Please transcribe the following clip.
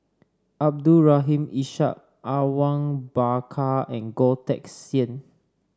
Abdul Rahim Ishak Awang Bakar and Goh Teck Sian